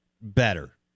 better